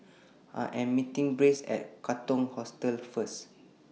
I Am meeting Bryce At Katong Hostel First